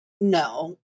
no